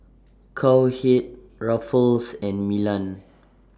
Cowhead Ruffles and Milan